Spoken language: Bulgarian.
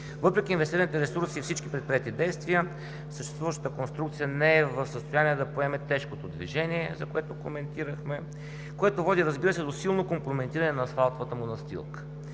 Въпреки инвестираните ресурси и всички предприети действия, съществуващата конструкция не е в състояние да поеме тежкото движение, за което коментирахме, което води до силно компрометиране на асфалтовата настилка.